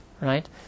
right